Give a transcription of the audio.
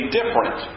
different